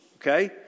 Okay